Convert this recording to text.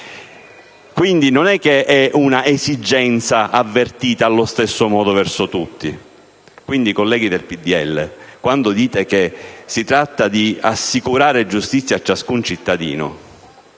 quindi, un'esigenza avvertita allo stesso modo da tutti. Quindi, colleghi del PdL, quando dite che si tratta di assicurare giustizia a ciascun cittadino,